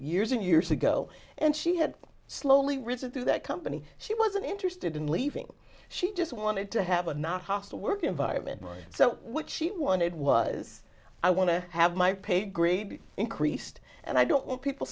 years and years ago and she had slowly residue that company she wasn't interested in leaving she just wanted to have a not hostile work environment right so what she wanted was i want to have my pay grade increased and i don't want people